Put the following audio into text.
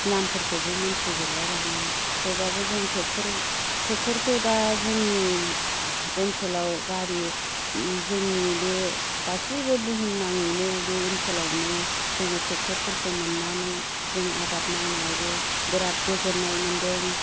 नामफोरखोबो मोन्थिजोबलाय लाङा थेवब्लाबो जों ट्रेक्टर ट्रेक्टरखो दा जोंनि ओनसोलाव गारि जोंनि बे गासैबो बुहुमनाङैनो बे ओनसोलावनो जोङो ट्रेक्टरफोरखो मोननानै जों आबाद मावनायावबो बिराद गोजोननाय मोन्दों